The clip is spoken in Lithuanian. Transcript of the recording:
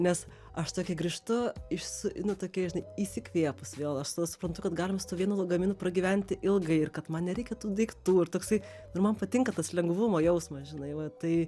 nes aš tokia grįžtu iš nu tokia žinai įsikvėpus vėl aš tada suprantu kad galima su tuo vienu lagaminu pragyventi ilgai ir kad man nereikia tų daiktų ir toksai nu man patinka tas lengvumo jausmas žinai va tai